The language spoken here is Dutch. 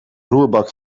roerbak